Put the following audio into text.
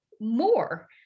more